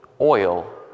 oil